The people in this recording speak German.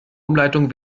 umleitung